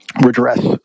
redress